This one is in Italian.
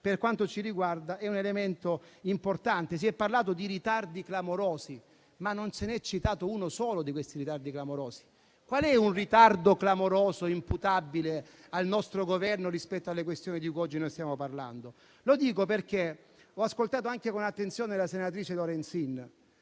per quanto ci riguarda è un elemento importante. Si è parlato di ritardi clamorosi, ma non ne è stato citato uno solo. Qual è un ritardo clamoroso imputabile al nostro Governo rispetto alle questioni di cui oggi noi stiamo parlando? Ho ascoltato con attenzione anche la senatrice Lorenzin